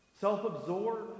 self-absorbed